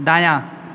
दायाँ